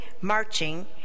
marching